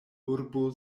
urbo